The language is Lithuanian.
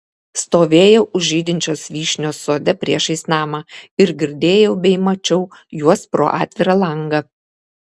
stovėjau už žydinčios vyšnios sode priešais namą ir girdėjau bei mačiau juos pro atvirą langą